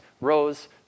rose